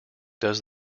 does